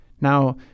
Now